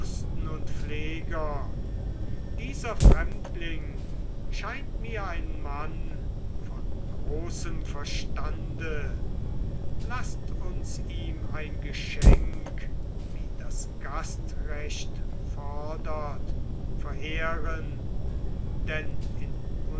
pfleger dieser fremdling scheint mir ein mann von großem verstande laßt uns ihm ein geschenk wie das gastrecht fordert verehren denn in